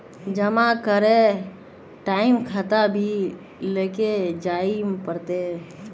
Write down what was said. जमा करे के टाइम खाता भी लेके जाइल पड़ते?